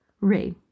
Ray